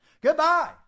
Goodbye